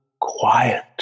quiet